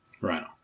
Rhino